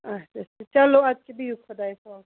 اَچھا اَچھا چلو اَدٕ کیٛاہ بِہِو خۄدایَس حوال